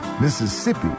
Mississippi